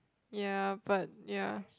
ya but